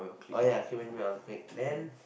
oh ya kicked Benjamin out of the clique then